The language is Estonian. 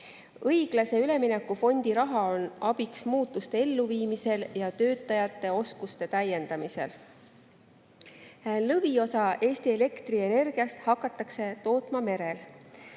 Õiglase ülemineku fondi raha on abiks muutuste elluviimisel ja töötajate oskuste täiendamisel. Lõviosa Eesti elektrienergiast hakatakse tootma merel.